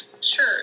Sure